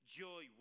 joy